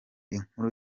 inkuru